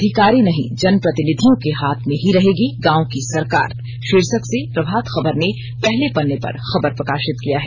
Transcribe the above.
अधिकारी नहीं जनप्रतिनिधियों के हाथ में ही रहेगी गांव की सरकार शीर्षक से प्रभात खबर ने पहले पन्ने पर खबर प्रकाशित किया है